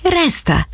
resta